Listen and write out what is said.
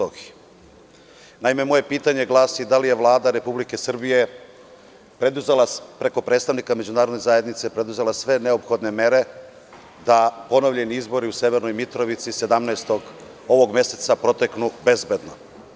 Ono glasi da li je Vlada Republike Srbije preduzela preko predstavnika Međunarodne zajednice sve neophodne mere da ponovljeni izbori u Severnoj Mitrovici 17. ovog meseca proteknu bezbedno?